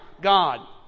God